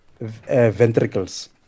ventricles